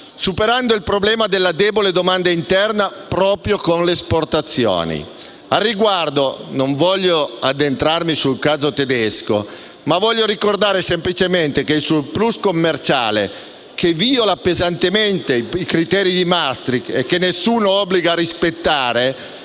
superando il problema della debole domanda interna proprio con le esportazioni. Non desidero addentrarmi sul caso tedesco, ma ricordare semplicemente che il *surplus* commerciale, che viola pesantemente i criteri di Maastricht e che nessuno obbliga a rispettare,